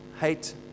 hate